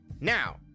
now